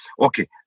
Okay